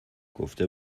گفته